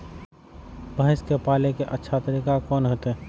भैंस के पाले के अच्छा तरीका कोन होते?